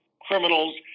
criminals